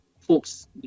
folks